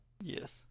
Yes